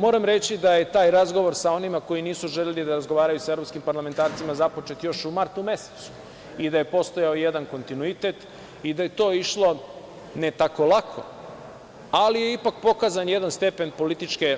Moram reći da je taj razgovor sa onima koji nisu želeli da razgovaraju sa evropskim parlamentarcima započet još u martu mesecu i da je postojao jedan kontinuitet i da je to išlo ne tako lako, ali je ipak pokazan jedan stepen političke